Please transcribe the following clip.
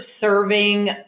serving